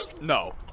No